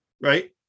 Right